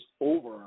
over